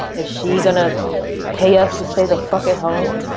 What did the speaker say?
is she gonna pay us to stay the fuck at home?